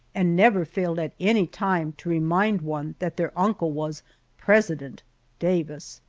and never failed at any time to remind one that their uncle was president davis!